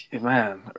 Man